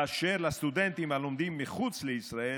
באשר לסטודנטים הלומדים מחוץ לישראל,